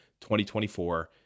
2024